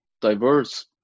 diverse